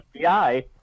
FBI